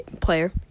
player